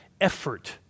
effort